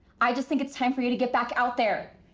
i just think it's time for you to get back out there.